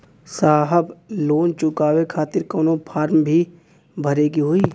साहब लोन चुकावे खातिर कवनो फार्म भी भरे के होइ?